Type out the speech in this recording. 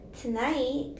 tonight